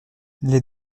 les